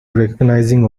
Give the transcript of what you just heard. recognizing